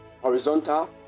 horizontal